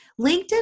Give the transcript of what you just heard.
LinkedIn